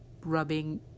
rubbing